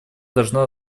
должно